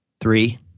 three